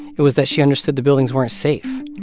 it was that she understood the buildings weren't safe.